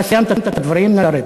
אתה סיימת, נא לרדת.